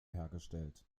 hergestellt